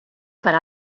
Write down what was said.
per